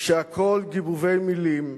שהכול גיבובי מלים,